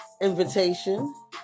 invitation